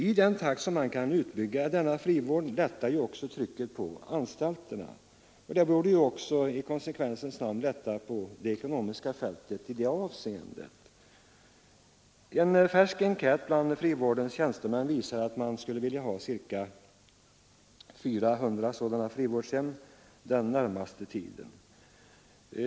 I den takt som man kan utbygga denna frivård lättas trycket på anstalterna, och detta borde i konsekvensens namn innebära en lättnad på det ekonomiska fältet. En färsk enkät bland frivårdens tjänstemän visar att man skulle vilja ha ca 400 sådana frivårdshem under den närmaste tiden.